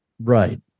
Right